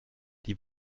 die